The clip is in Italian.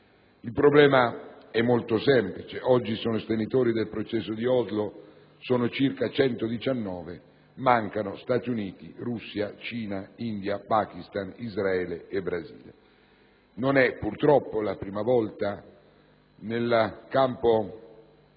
Il problema è molto semplice. Oggi i sostenitori del "Processo di Oslo" sono circa 119; mancano Stati Uniti, Russia, Cina, India, Pakistan, Israele e Brasile. Non è purtroppo la prima volta nel campo